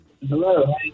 Hello